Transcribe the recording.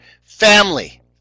family